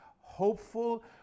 hopeful